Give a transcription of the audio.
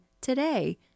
today